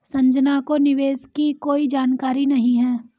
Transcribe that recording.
संजना को निवेश की कोई जानकारी नहीं है